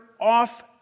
off